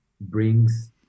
brings